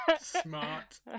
Smart